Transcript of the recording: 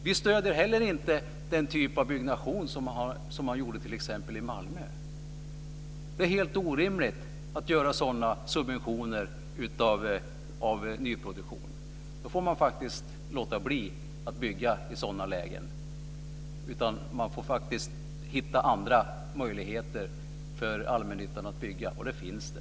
Vi stöder heller inte den typ av byggnation som t.ex. förekom i Malmö. Det är helt orimligt att göra sådana subventioner av nyproduktion. I sådana lägen får man faktiskt låta bli att bygga. Man får hitta andra möjligheter för allmännyttan att bygga, och det finns det.